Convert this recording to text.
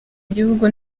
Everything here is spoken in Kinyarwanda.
igihugu